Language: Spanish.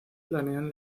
planean